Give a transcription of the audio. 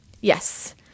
Yes